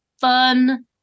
fun